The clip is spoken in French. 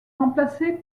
remplacée